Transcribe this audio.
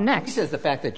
next is the fact that